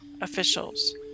officials